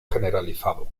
generalizado